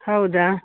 ಹೌದಾ